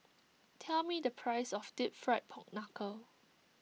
tell me the price of Deep Fried Pork Knuckle